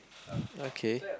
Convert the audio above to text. okay